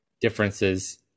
differences